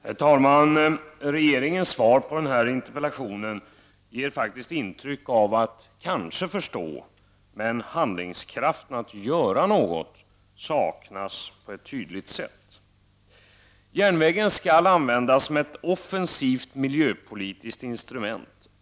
Herr talman! Kommunikationsministerns interpellationssvar ger intryck av att regeringen kanske förstår, men det är tydligt att handlingskraften för att åstadkomma något saknas. Järnvägen skall användas som ett offensivt miljöpolitiskt instrument.